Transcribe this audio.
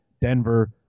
Denver